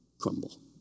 crumble